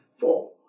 four